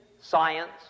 science